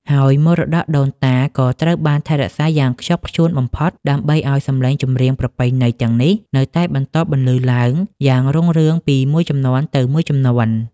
ហើយមរតកដូនតាក៏ត្រូវបានថែរក្សាយ៉ាងខ្ជាប់ខ្ជួនបំផុត ដើម្បីឱ្យសម្លេងចម្រៀងប្រពៃណីទាំងនេះនៅតែបន្តបន្លឺឡើងយ៉ាងរុងរឿងពីមួយជំនាន់ទៅមួយជំនាន់។